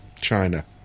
China